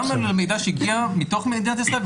גם על מידע שהגיע מתוך מדינת ישראל,